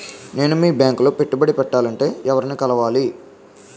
నేను మీ బ్యాంక్ లో పెట్టుబడి పెట్టాలంటే ఎవరిని కలవాలి?